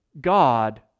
God